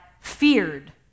feared